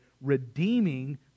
redeeming